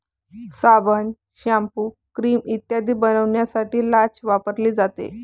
साबण, shampoo, cream इत्यादी बनवण्यासाठी लाच वापरली जाते